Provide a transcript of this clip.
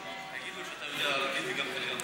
תגיד לו שאתה יודע ערבית וגם, הוא